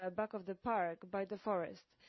ah back of the park by the forest.